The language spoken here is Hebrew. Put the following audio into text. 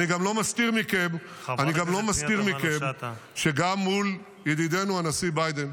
אני גם לא מסתיר מכם שגם מול ידידנו הנשיא ביידן,